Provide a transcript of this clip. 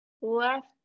left